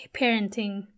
parenting